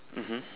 mmhmm